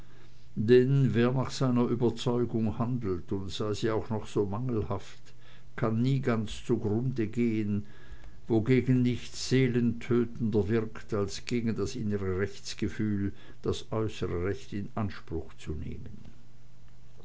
denn wer nach seiner überzeugung handelt und sei sie noch so mangelhaft kann nie ganz zugrunde gehen wogegen nichts seelentötender wirkt als gegen das innere rechtsgefühl das äußere recht in anspruch nehmen